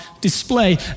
display